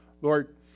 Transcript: Lord